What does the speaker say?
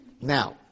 Now